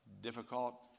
difficult